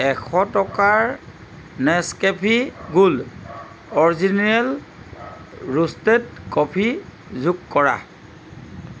এশ টকাৰ Nescafe gold original roasted coffee যোগ কৰা